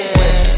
Switch